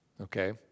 okay